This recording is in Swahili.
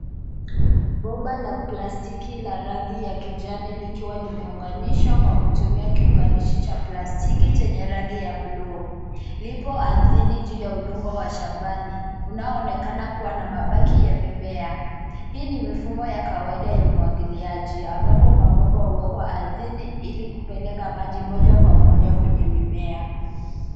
Bomba la plastiki la rangi ya kijani likiwa limeunganishwa kwa kutumia kiunganishi cha plastiki chenye rangi ya buluu. Lipo ardhini juu ya udongo wa shambani unaoonekana kuwa na mabaki ya mimea .Hii ni mifumo ya kawaida ya umwagiliaji ambapo mabomba huwekwa ardhini ili kupeleka maji moja kwa moja kwenye mimea.